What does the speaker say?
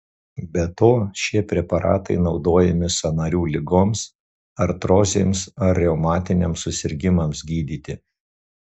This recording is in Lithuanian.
be to šie preparatai naudojami sąnarių ligoms artrozėms ar reumatiniams susirgimams gydyti